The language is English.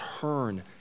turn